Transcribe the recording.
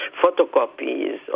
photocopies